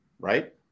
right